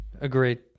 Agreed